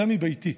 צא מביתי.